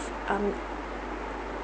um